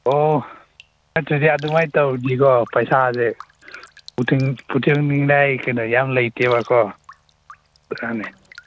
ꯑꯣ ꯅꯠꯇ꯭ꯔꯗꯤ ꯑꯗꯨꯃꯥꯏꯅ ꯇꯧꯗ꯭ꯔꯗꯤꯀꯣ ꯄꯩꯁꯥꯁꯦ ꯌꯥꯝ ꯂꯩꯇꯦꯕꯀꯣ